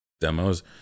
demos